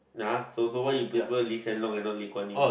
nah !huh! so so why you prefer Lee-Hsien-Loong and not Lee-Kuan-Yew